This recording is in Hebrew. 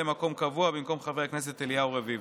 מקום קבוע במקום חבר הכנסת אליהו רביבו.